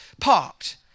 parked